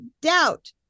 doubt